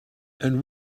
and